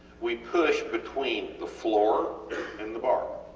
we push between the floor and the bar.